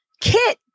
kit